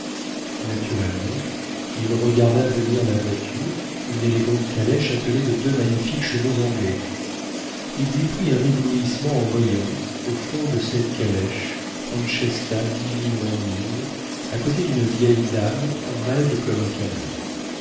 naturellement il regarda venir la voiture une élégante calèche attelée de deux magnifiques chevaux anglais il lui prit un éblouissement en voyant au fond de cette calèche francesca divinement mise à côté d'une vieille dame raide comme un camée